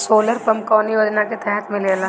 Solar pump कौने योजना के तहत मिलेला?